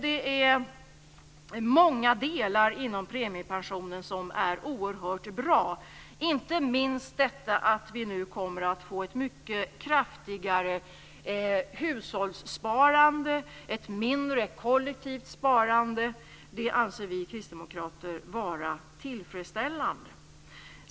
Det är många delar inom premiepensionen som är oerhört bra, inte minst det förhållandet att vi nu kommer att få ett mycket kraftigare hushållssparande och ett mindre kollektivt sparande. Det anser vi kristdemokrater vara tillfredsställande.